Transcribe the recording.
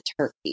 turkey